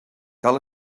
cal